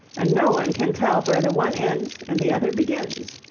and no one can tell where the one ends and the other begins.